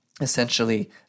essentially